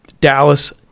Dallas